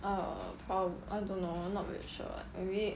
err probab~ I don't know not very sure I read